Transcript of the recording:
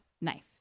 knife